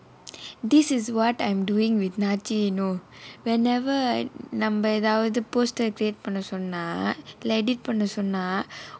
this is what I'm doing with najee you know whenever நம்ம ஏதாவது:namma ethaavathu poster create பண்ண சொன்னா இல்லாட்டி:panna sonna illaatti edit பண்ண சொன்னா:panna sonnaa